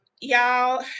Y'all